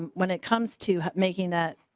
um when it comes to making that.